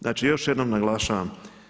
Znači još jednom naglašavam.